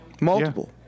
Multiple